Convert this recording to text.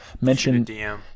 mention